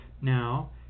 Now